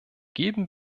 geben